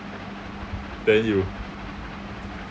then you